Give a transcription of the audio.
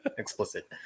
Explicit